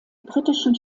britischen